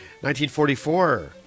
1944